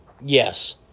Yes